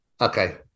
Okay